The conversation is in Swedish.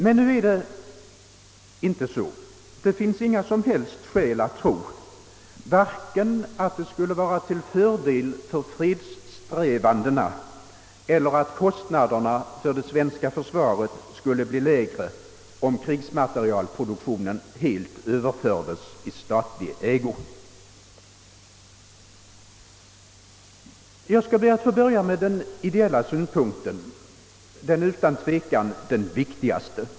Men nu är det inte så; det finns inga som helst skäl att tro vare sig att det skulle vara till fördel för fredssträvandena eller att kostnaderna för det svenska försvaret skulle bli lägre om krigsmaterielproduktionen helt överfördes i statlig ägo. Jag skall be att få börja med den ideella synpunkten, som utan tvivel är den viktigaste.